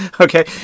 Okay